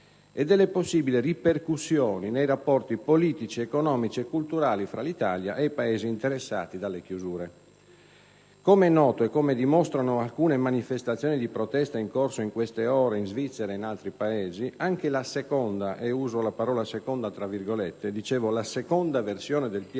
e delle possibili ripercussioni nei rapporti politici, economici e culturali tra l'Italia e i Paesi interessati dalle chiusure. Come è noto e come dimostrano alcune manifestazioni di protesta in corso in queste ore in Svizzera e in altri Paesi, anche la "seconda" (uso la parola seconda tra virgolette) versione del piano